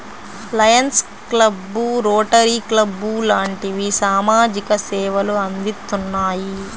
Lions Club, Rotary Club లాంటివి సామాజిక సేవలు అందిత్తున్నాయి